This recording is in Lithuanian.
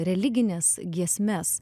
religinės giesmes